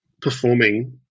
performing